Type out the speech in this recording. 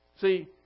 See